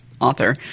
author